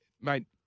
mate